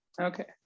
okay